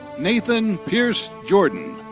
nathan pearce jordan.